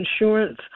insurance